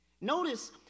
notice